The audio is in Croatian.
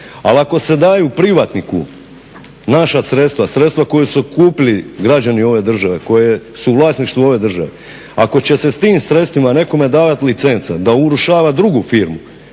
Ali ako se daju privatniku naša sredstva, sredstva koja su kupili građani ove države, koje su u vlasništvu ove države, ako će se s tim sredstvima nekome davati licenca da urušava drugu firmu